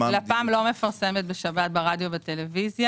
לפ"ם לא מפרסמת בשבת ברדיו וטלוויזיה